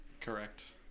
correct